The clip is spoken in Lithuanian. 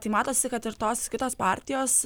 tai matosi kad ir tos kitos partijos